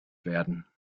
werden